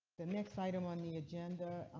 the next item on the agenda.